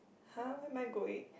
!huh! where am I going